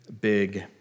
big